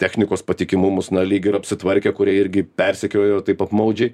technikos patikimumus na lyg ir apsitvarkė kurie irgi persekiojo taip apmaudžiai